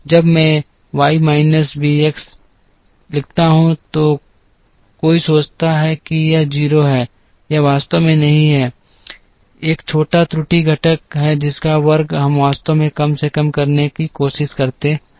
जब मैं y minus b x लिखता हूं तो कोई सोचता है कि यह 0 है यह वास्तव में नहीं है एक छोटा त्रुटि घटक है जिसका वर्ग हम वास्तव में कम से कम करने की कोशिश करते हैं